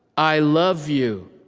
i love you.